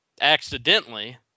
accidentally